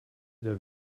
der